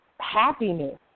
happiness